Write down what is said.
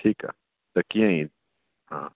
ठीकु आहे त कीअं ई हा